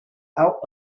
out